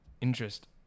interest